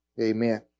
Amen